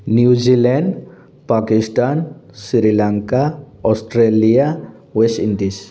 New Zealand Pakistan Sri Lanka Australia West Indies